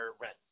rent